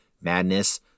madness